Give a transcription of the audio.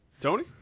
Tony